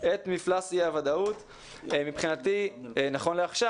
את מפלס אי הוודאות מבחינתי, נכון לעכשיו.